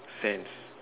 scent